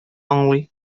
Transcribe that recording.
аңлый